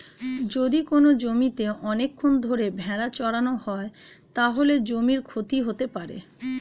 যদি কোনো জমিতে অনেকক্ষণ ধরে ভেড়া চড়ানো হয়, তাহলে জমির ক্ষতি হতে পারে